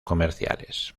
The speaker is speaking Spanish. comerciales